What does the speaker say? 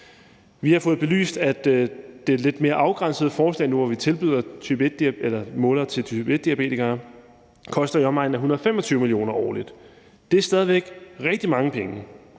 Vi har fået belyst, at det lidt mere afgrænsede forslag – nu, hvor vi tilbyder målere til type 1-diabetikere – koster i omegnen af 125 mio. kr. årligt. Det er stadig væk rigtig mange penge,